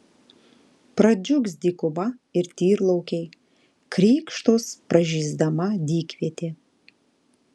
pradžiugs dykuma ir tyrlaukiai krykštaus pražysdama dykvietė